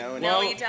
No